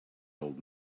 old